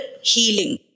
healing